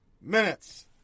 minutes